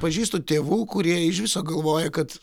pažįstu tėvų kurie iš viso galvoja kad